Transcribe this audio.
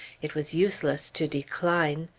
it was useless to decline.